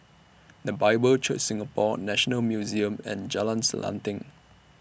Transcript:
The Bible Church Singapore National Museum and Jalan Selanting